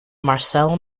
marcel